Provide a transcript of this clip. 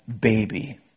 baby